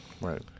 Right